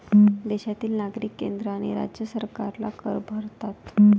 देशातील नागरिक केंद्र आणि राज्य सरकारला कर भरतात